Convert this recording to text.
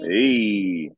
Hey